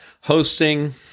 Hosting